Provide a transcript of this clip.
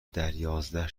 دریازده